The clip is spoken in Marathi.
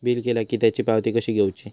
बिल केला की त्याची पावती कशी घेऊची?